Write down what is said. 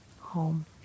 home